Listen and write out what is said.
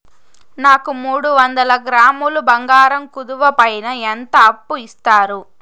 నాకు మూడు వందల గ్రాములు బంగారం కుదువు పైన ఎంత అప్పు ఇస్తారు?